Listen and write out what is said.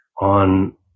on